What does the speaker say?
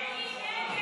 ההסתייגות